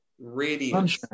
Radiant